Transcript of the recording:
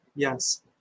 Yes